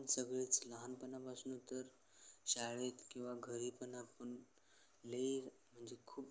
सगळेच लहानपणापासनं तर शाळेत किंवा घरी पण आपण लई म्हणजे खूप